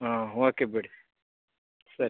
ಹಾಂ ಓಕೆ ಬಿಡಿ ಸರಿ